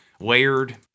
layered